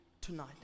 tonight